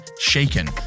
shaken